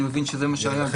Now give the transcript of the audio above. אני מבין שזה מה שהיה.